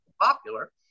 popular